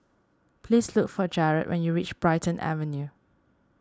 please look for Jarrod when you reach Brighton Avenue